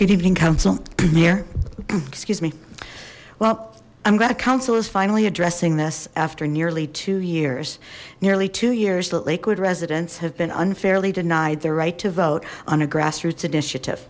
good evening council i'm here excuse me well i'm glad consul is finally addressing this after nearly two years nearly two years the lakewood residents have been unfairly denied their right to vote on a grassroots initiative